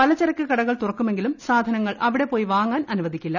പലചരക്ക് കടകൾ തുറക്കുമെങ്കിലും സാധനങ്ങൾ അവിടെ പോയി വാങ്ങാൻ അനുവദിക്കില്ല